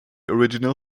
original